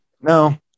no